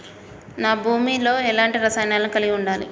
నా భూమి లో ఎలాంటి రసాయనాలను కలిగి ఉండాలి?